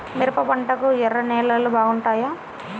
మిరప పంటకు ఎర్ర నేలలు బాగుంటాయా?